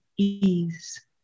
ease